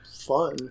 fun